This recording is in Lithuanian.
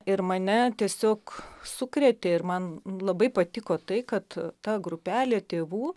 ir mane tiesiog sukrėtė ir man labai patiko tai kad ta grupelė tėvų